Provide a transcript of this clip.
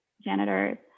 janitors